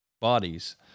bodies